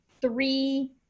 three